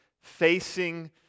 facing